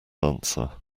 answer